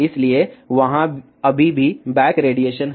इसलिए वहाँ अभी भी बैक रेडिएशन है